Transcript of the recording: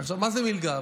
מה זה מלגה?